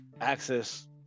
access